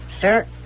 Sir